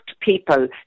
people